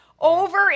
Over